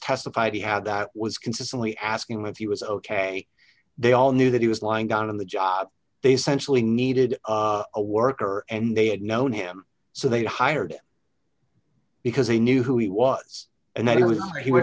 testified he had that was consistently asking him if he was ok they all knew that he was lying on the job they sensually needed a worker and they had known him so they hired because they knew who he was and they were he was